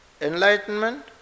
enlightenment